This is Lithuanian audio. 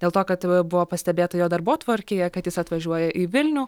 dėl to kad buvo pastebėta jo darbotvarkėje kad jis atvažiuoja į vilnių